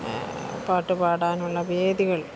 പാട്ട് പാടാനുള്ള വേദികൾ